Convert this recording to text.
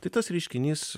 tai tas reiškinys